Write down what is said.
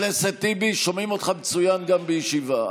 חבר הכנסת טיבי, שומעים אותך מצוין גם בישיבה.